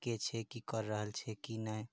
के छै की कऽ रहल छै की नहि